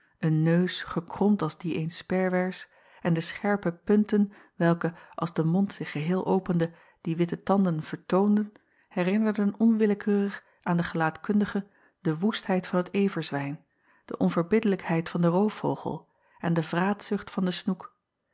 een neus gekromd als die eens sperwers en de scherpe punten welke als de mond zich geheel opende die witte tanden vertoonden herinnerden onwillekeurig aan den gelaatkundige de woestheid van het everzwijn de onverbiddelijkheid van den roofvogel en de vraatzucht van den snoek